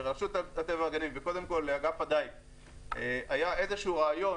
לרשות הטבע והגנים וקודם כל לאגף הדייג היה איזשהו רעיון,